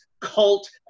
cult